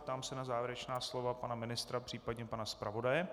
Ptám se na závěrečná slova pana ministra, případně pana zpravodaje.